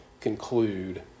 conclude